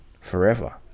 forever